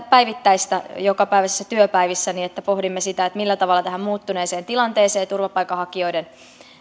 päivittäistä jokapäiväisessä työssäni että pohdimme sitä millä tavalla tähän muuttuneeseen tilanteeseen turvapaikanhakijoiden